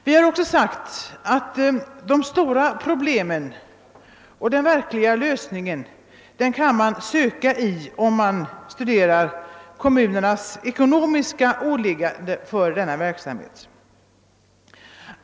Vi har också framhållit att de stora problemen kan man finna om man studerar kommunernas ekonomiska åligganden för denna verksamhet.